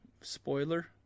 spoiler